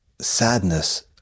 sadness